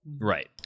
right